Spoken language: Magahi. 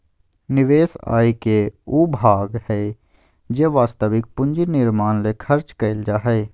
निवेश आय के उ भाग हइ जे वास्तविक पूंजी निर्माण ले खर्च कइल जा हइ